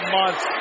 months